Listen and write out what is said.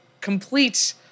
complete